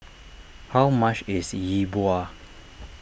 how much is Yi Bua